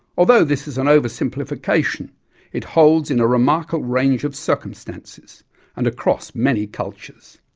although this is an oversimplification it holds in a remarkable range of circumstances and across many cultures.